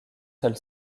seule